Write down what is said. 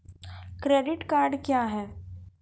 Credit card क्या हैं?